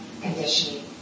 conditioning